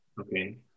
okay